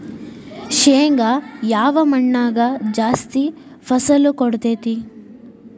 ಶೇಂಗಾ ಯಾವ ಮಣ್ಣಾಗ ಜಾಸ್ತಿ ಫಸಲು ಕೊಡುತೈತಿ?